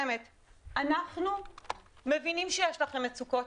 אנחנו מבינים שיש לכם מצוקות.